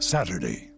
Saturday